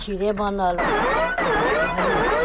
खीरे बनल बुझलियै